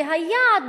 והיעד,